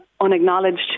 unacknowledged